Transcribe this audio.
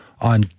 on